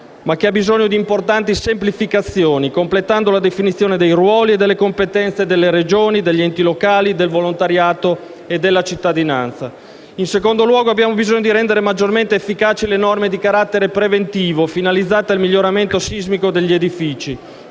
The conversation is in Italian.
ma che ha bisogno di importanti semplificazioni, completando la definizione dei ruoli e delle competenze delle Regioni, degli enti locali, del volontariato e della cittadinanza. In secondo luogo, abbiamo bisogno di rendere maggiormente efficaci le norme di carattere preventivo finalizzate al miglioramento sismico degli edifici,